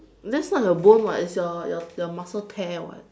that's not your bone [what] it's your your your muscle tear [what]